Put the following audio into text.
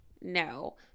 No